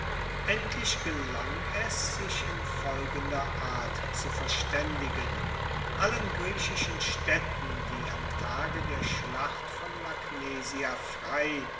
endlich gelang es sich in folgender art zu verstaendigen allen griechischen staedten die am tage der schlacht von magnesia frei